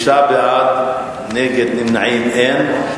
בעד, 9, נגד ונמנעים, אין.